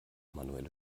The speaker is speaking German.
manuelle